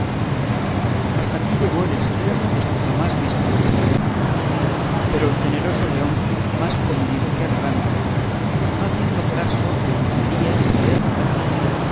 hasta aquí llegó el estremo de su jamás vista locura pero el generoso león más comedido que arrogante no haciendo caso de niñerías ni de bravatas